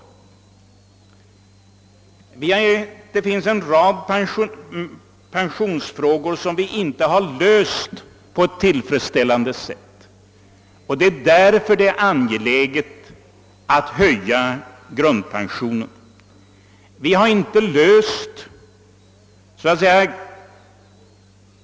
Det finns en rad pensionsfrågor som ännu inte har lösts på ett tillfredsställande sätt. Därför är det angeläget att höja grundpensionen.